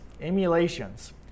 emulations